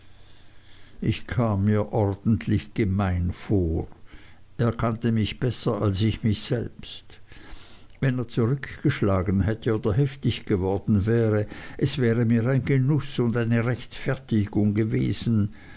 ich kam mir ordentlich gemein vor er kannte mich besser als ich mich selbst wenn er zurückgeschlagen hätte oder heftig geworden wäre es wäre mir ein genuß und eine rechtfertigung gewesen